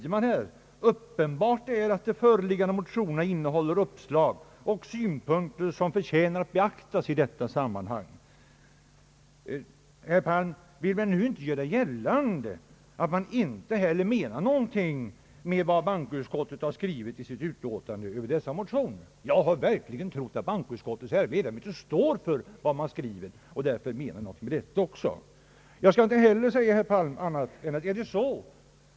33 i utlåtandet: »Uppenbart är att de föreliggande motionerna innehåller uppslag och synpunkter som förtjänar att beaktas i detta sammanhang.» Herr Palm vill väl inte nu göra gällande att bankoutskottet inte menar någonting med vad utskottet skrivit i sitt utlåtande beträffande dessa mötioner. Jag hade verkligen trott att bankoutskottets ärade ledamöter skulle stå för vad de skrivit och även menar vad de skrivit.